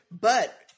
But-